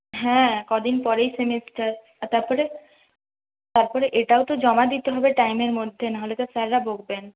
হ্যাঁ কদিন পরেই সেমিস্টার তারপরে তারপরে এটাও তো জমা দিতে হবে টাইমের মধ্যে না হলে তো স্যাররা বকবেন